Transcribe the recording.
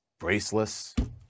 braceless